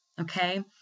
Okay